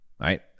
right